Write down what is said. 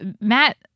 Matt